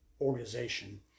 organization